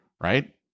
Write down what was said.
right